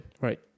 Right